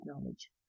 knowledge